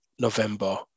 November